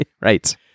Right